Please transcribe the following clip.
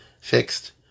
fixed